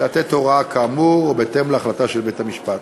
לתת הוראה כאמור, או בהתאם להחלטת של בית-משפט.